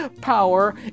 power